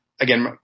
again